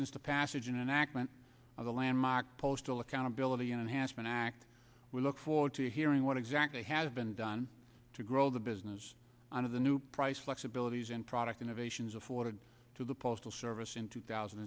since the passage in an accident of the landmark postal accountability enhancement act we look forward to hearing what exactly has been done to grow the business on of the new price flexibilities and product innovations afforded to the postal service in two thousand